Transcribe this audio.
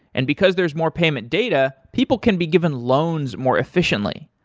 and because there's more payment data, people can be given loans more efficiently.